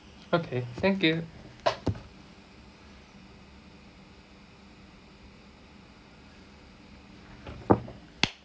okay thank you